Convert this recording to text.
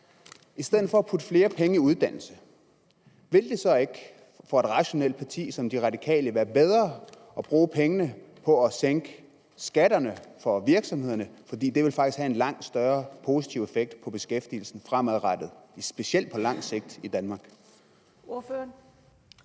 I stedet for at putte flere penge i uddannelse, ville det så ikke – for et rationelt parti som De Radikale – være bedre at bruge pengene på at sænke skatterne for virksomhederne? Det ville faktisk have en langt større positiv effekt på beskæftigelsen fremadrettet, specielt på lang sigt, i Danmark.